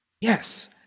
Yes